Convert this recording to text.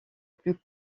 plus